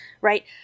right